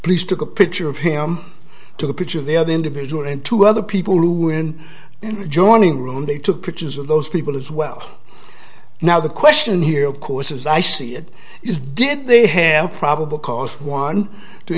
police took a picture of him to the picture of the other individual and two other people who were in an adjoining room they took pictures of those people as well now the question here of course as i see it is did they have probable cause one to